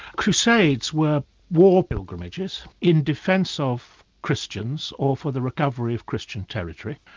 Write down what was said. crusades were war pilgrimages, in defence of christians or for the recovery of christian territory,